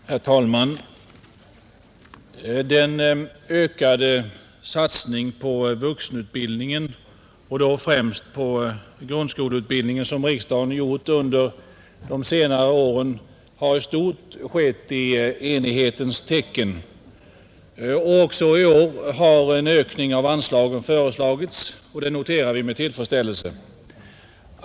Herr talman! Den ökade satsning på vuxenutbildningen och då främst på grundskoleutbildningen som riksdagen gjort under de senare åren har i stort skett i enighetens tecken. Också i år har en ökning av anslagen föreslagits, och det noterar vi med tillfredsställelse.